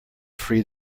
free